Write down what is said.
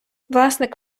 власник